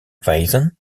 wijzen